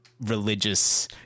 religious